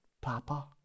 Papa